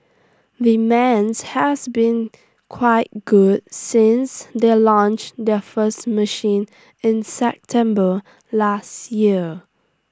demands has been quite good since they launched their first machine in September last year